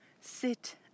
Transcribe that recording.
sit